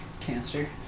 cancer